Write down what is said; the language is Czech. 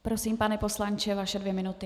Prosím, pane poslanče, vaše dvě minuty.